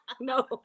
no